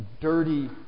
dirty